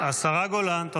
די.